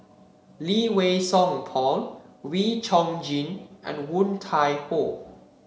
Lee Wei Song Paul Wee Chong Jin and Woon Tai Ho